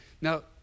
Now